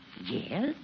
Yes